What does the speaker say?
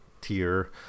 tier